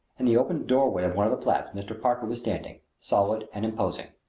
in the open doorway of one of the flats mr. parker was standing, solid and imposing.